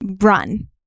run